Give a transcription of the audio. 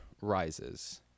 rises